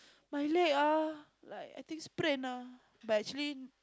my leg ah like I think sprain ah but actually